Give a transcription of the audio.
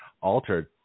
altered